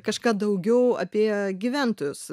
kažką daugiau apie gyventojus